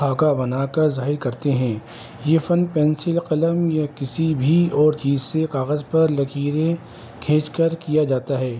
خاکہ بنا کر ظاہر کرتے ہیں یہ فن پینسل قلم یا کسی بھی اور چیز سے کاغذ پر لکیریں کھینچ کر کیا جاتا ہے